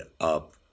up